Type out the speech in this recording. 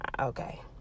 okay